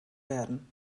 werden